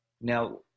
Now